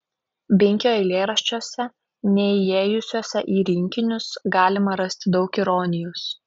binkio eilėraščiuose neįėjusiuose į rinkinius galima rasti daug ironijos